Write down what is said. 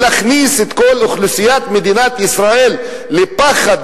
להכניס את כל אוכלוסיית מדינת ישראל לפחד,